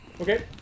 Okay